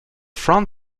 front